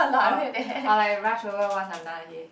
I'll I will like rush over once I'm done okay